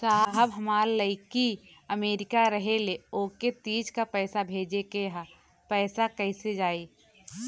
साहब हमार लईकी अमेरिका रहेले ओके तीज क पैसा भेजे के ह पैसा कईसे जाई?